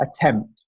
attempt